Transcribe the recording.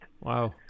Wow